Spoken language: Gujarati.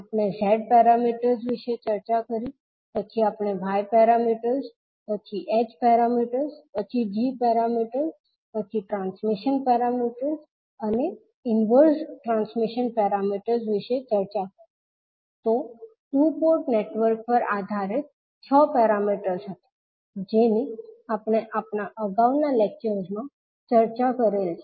આપણે Z પેરામીટર્સ વિશે ચર્ચા કરી પછી આપણે y પેરામીટર્સ પછી h પેરામીટર્સ પછી g પેરામીટર્સ પછી ટ્રાન્સમિશન પેરામીટર્સ અને ઇન્વર્ઝ ટ્રાન્સમિશન પેરામીટર્સ વિશે ચર્ચા કરી તો ટુ પોર્ટ નેટવર્ક પર આધારિત 6 પેરામીટર્સ હતા જેની આપણે આપણા અગાઉના લેક્ચર્સ માં ચર્ચા કરેલ છે